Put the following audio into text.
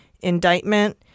indictment